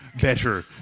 Better